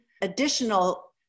additional